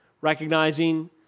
Recognizing